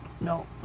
No